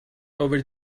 over